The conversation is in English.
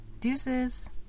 Deuces